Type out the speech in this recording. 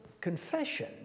confession